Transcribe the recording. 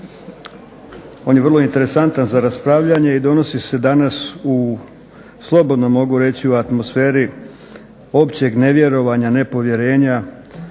on je vrlo interesantan za raspravljanje i donosi se danas u, slobodno mogu reći u atmosferi općeg nevjerovanja, nepovjerenja